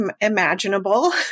imaginable